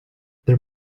there